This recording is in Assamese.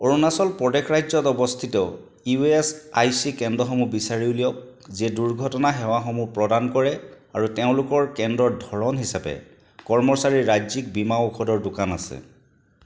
অৰুণাচল প্ৰদেশ ৰাজ্যত অৱস্থিত ই এছ আই চি কেন্দ্ৰসমূহ বিচাৰি উলিয়াওক যিয়ে দুৰ্ঘটনা সেৱাসমূহ প্ৰদান কৰে আৰু তেওঁলোকৰ কেন্দ্ৰৰ ধৰণ হিচাপে কৰ্মচাৰীৰ ৰাজ্যিক বীমা ঔষধৰ দোকান আছে